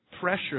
pressure